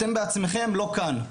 אתם בעצמכם לא כאן.